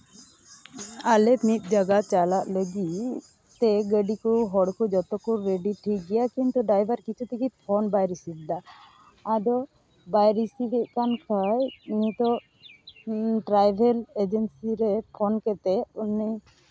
ᱟᱞᱮ ᱢᱤᱫ ᱡᱟᱭᱜᱟ ᱪᱟᱞᱟᱜ ᱞᱟᱹᱜᱤᱫ ᱛᱮ ᱜᱟᱹᱰᱤ ᱠᱚ ᱦᱚᱲᱠᱚ ᱡᱚᱛᱚ ᱠᱚ ᱨᱮᱰᱤ ᱴᱷᱤᱠ ᱜᱮᱭᱟ ᱠᱤᱱᱛᱩ ᱰᱨᱟᱭᱵᱷᱟᱨ ᱠᱤᱪᱷᱩ ᱛᱮᱜᱮ ᱯᱷᱳᱱ ᱵᱟᱭ ᱨᱤᱥᱤᱵᱽ ᱮᱫᱟ ᱟᱫᱚ ᱵᱟᱭ ᱨᱤᱥᱤᱵᱷᱮᱜ ᱠᱟᱱ ᱠᱷᱟᱡ ᱱᱤᱛᱚᱜ ᱴᱨᱟᱵᱷᱮᱞ ᱮᱡᱮᱱᱥᱤ ᱨᱮ ᱯᱷᱳᱱ ᱠᱟᱛᱮ ᱩᱱᱤ